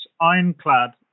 ironclad